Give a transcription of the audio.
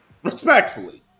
Respectfully